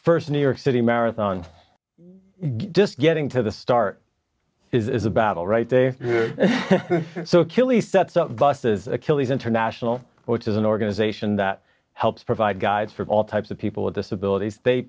first new york city marathon just getting to the start is a battle right there so killie sets up buses achilles international which is an organization that helps provide guides for all types of people with disabilities they